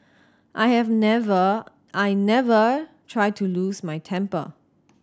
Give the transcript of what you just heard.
I have never I never try to lose my temper